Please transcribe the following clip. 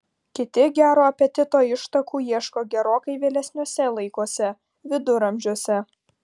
kiti gero apetito ištakų ieško gerokai vėlesniuose laikuose viduramžiuose